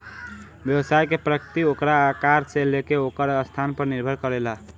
व्यवसाय के प्रकृति ओकरा आकार से लेके ओकर स्थान पर निर्भर करेला